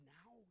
now